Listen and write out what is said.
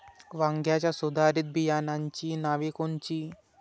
वांग्याच्या सुधारित बियाणांची नावे कोनची?